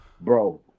Bro